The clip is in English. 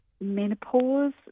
menopause